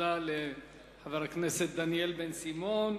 תודה לחבר הכנסת דניאל בן-סימון.